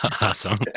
awesome